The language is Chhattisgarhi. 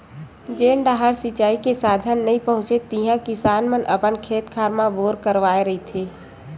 जेन डाहर सिचई के साधन नइ पहुचे हे तिहा किसान मन अपन खेत खार म बोर करवाए रहिथे